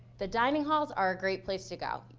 the dining halls are a great place to go.